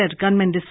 gunmen